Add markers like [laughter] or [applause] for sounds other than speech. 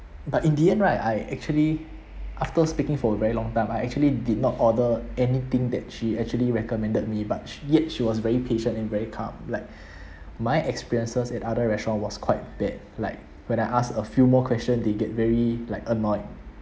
but in the end right I actually after speaking for a very long time I actually did not order anything that she actually recommended me but yet she was very patient and very calm like [breath] my experiences at other restaurant was quite bad like when I asked a few more question they get very like annoyed